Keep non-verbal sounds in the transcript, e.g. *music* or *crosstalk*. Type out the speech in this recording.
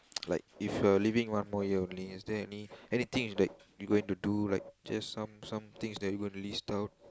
*noise* like if you are living one more year only is there any anything like you going to do like just some some things that you going to list out